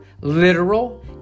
literal